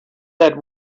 that